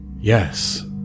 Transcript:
Yes